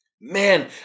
Man